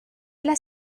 las